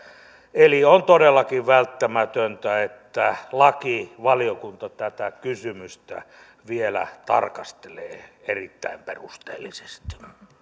eli on todellakin välttämätöntä että lakivaliokunta tätä kysymystä vielä tarkastelee erittäin perusteellisesti